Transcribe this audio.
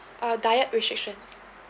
uh diet restrictions